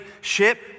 ship